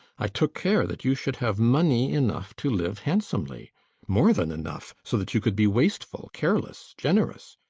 i took care that you should have money enough to live handsomely more than enough so that you could be wasteful, careless, generous.